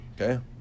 Okay